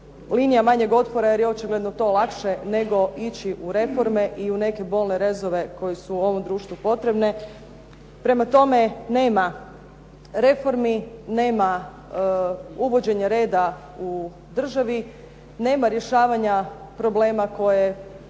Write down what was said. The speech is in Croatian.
linija manjeg otpora jer je očigledno to lakše nego ići u reforme i u neke bolne rezove koje su ovom društvu potrebne. Prema tome, nema reformi nema uvođenja reda u državi, nema rješavanja problema evo